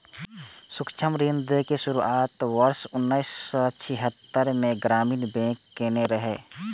सूक्ष्म ऋण दै के शुरुआत वर्ष उन्नैस सय छिहत्तरि मे ग्रामीण बैंक कयने रहै